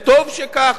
וטוב שכך.